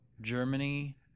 Germany